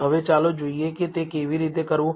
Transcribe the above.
હવે ચાલો જોઈએ કે તે કેવી રીતે કરવું